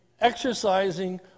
exercising